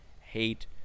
hate